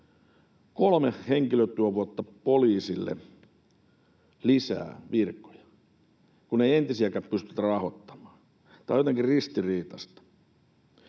kolme henkilötyövuotta poliisille lisää virkoja, kun ei entisiäkään pystytä rahoittamaan. Tämä on jotenkin ristiriitaista.